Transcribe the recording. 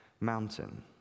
mountain